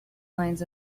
lines